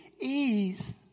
Ease